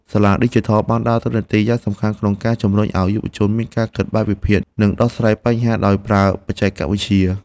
សាលាឌីជីថលបានដើរតួនាទីយ៉ាងសំខាន់ក្នុងការជំរុញឱ្យយុវជនមានការគិតបែបវិភាគ និងដោះស្រាយបញ្ហាដោយប្រើបច្ចេកវិទ្យា។